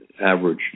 average